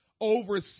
Over